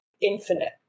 infinite